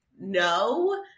no